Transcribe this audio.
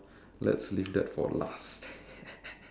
what a silly choice